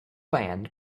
band